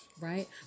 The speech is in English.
right